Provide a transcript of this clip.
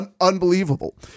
Unbelievable